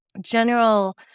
general